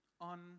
on